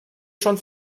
schon